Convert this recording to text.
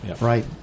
Right